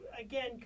again